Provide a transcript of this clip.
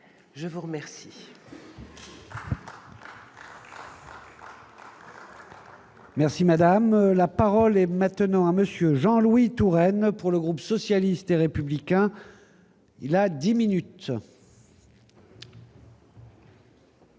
de vous remercier